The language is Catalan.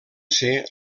ser